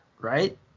right